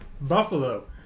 Buffalo